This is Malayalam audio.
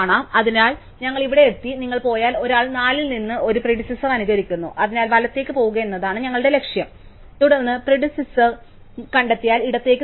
അതിനാൽ ഞങ്ങൾ ഇവിടെയെത്തി നിങ്ങൾ പോയാൽ ഒരാൾ 4 ൽ നിന്ന് ഒരു പ്രിഡിസെസാർ അനുകരിക്കുന്നു അതിനാൽ വലത്തേക്ക് പോകുക എന്നതാണ് ഞങ്ങളുടെ ലക്ഷ്യം തുടർന്ന് പ്രിഡിസെസാർ കണ്ടെത്തിയാൽ ഇടത്തേക്ക് തിരിയുക